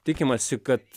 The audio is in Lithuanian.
tikimasi kad